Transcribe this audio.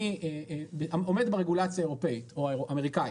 אני עומד ברגולציה האירופאית או האמריקאית.